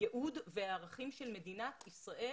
הייעוד והערכים של מדינת ישראל